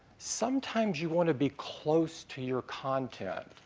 sometimes you want to be close to your content,